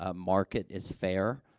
ah market is fair,